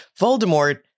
Voldemort